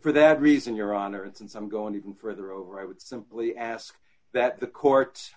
for that reason your honor and since i'm going to even further over i would simply ask that the court